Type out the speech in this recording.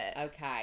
okay